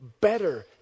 better